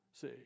See